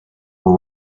were